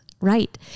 Right